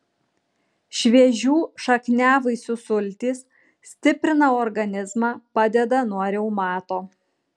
šviežių šakniavaisių sultys stiprina organizmą padeda nuo reumato